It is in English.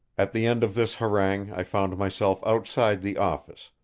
at the end of this harangue i found myself outside the office,